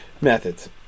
methods